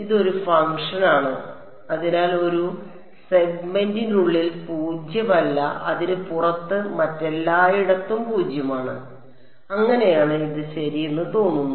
അതിനാൽ ഇതൊരു ഫംഗ്ഷനാണ് അതിനാൽ ഒരു സെഗ്മെന്റിനുള്ളിൽ പൂജ്യമല്ല അതിന് പുറത്ത് മറ്റെല്ലായിടത്തും പൂജ്യമാണ് അങ്ങനെയാണ് ഇത് ശരിയെന്ന് തോന്നുന്നു